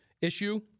issue